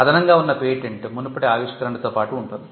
అదనంగా ఉన్న పేటెంట్ మునుపటి ఆవిష్కరణతో పాటు ఉంటుంది